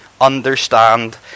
understand